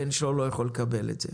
הבן שלו לא יכול לקבל את זה.